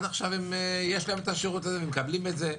עכשיו הם יש להם את השירות הזה ומקבלים את זה.